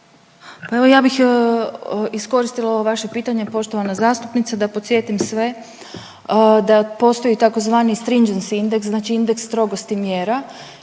Pa evo ja bih iskoristila ovo vaše pitanje poštovana zastupnice da podsjetim sve da postoji tzv. strings indeks, znači indeks strogosti mjera